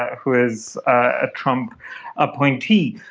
who is a trump appointee,